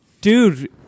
dude